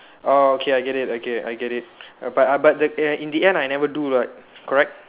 oh okay I get it okay I get it but but eh in the end I never do what correct